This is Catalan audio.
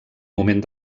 moment